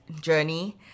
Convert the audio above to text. journey